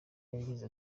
yagize